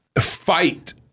fight